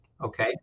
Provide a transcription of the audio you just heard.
Okay